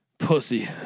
Pussy